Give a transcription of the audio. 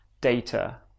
data